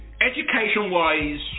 Education-wise